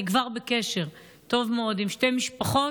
אני כבר בקשר טוב מאוד עם שתי משפחות.